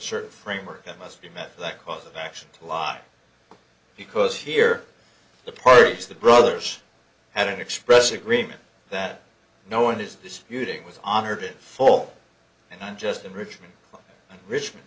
certain framework that must be met for that cause of action to lie because here the parties the brothers had an express agreement that no one is disputing was honored in full and i'm just in richmond richm